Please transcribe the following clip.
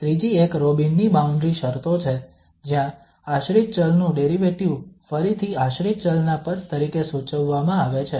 ત્રીજી એક રોબિનની બાઉન્ડ્રી શરતો છે જ્યાં આશ્રિત ચલ નું ડેરિવેટિવ ફરીથી આશ્રિત ચલ ના પદ તરીકે સૂચવવામાં આવે છે